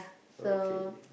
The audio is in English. okay